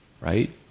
right